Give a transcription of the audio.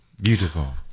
Beautiful